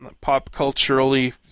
pop-culturally